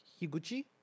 higuchi